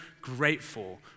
grateful